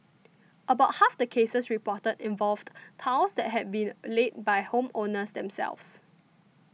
about half the cases reported involved tiles that had been laid by home owners themselves